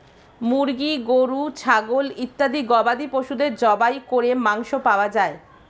মুরগি, গরু, ছাগল ইত্যাদি গবাদি পশুদের জবাই করে মাংস পাওয়া যায়